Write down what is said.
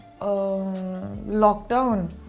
lockdown